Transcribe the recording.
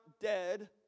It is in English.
dead